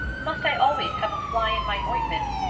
must i always have a fly in my ointment?